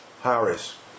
Harris